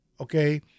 okay